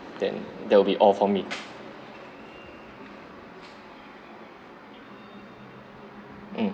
then that will be all for me mm